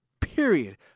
period